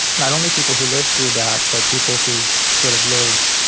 not only people who lived through that, but people who sort of live